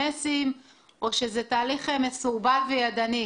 או שזה תהליך מסורבל וידני?